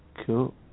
Cool